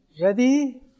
Ready